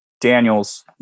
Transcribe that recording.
Daniels